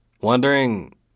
wondering